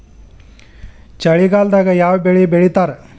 ಚಳಿಗಾಲದಾಗ್ ಯಾವ್ ಬೆಳಿ ಬೆಳಿತಾರ?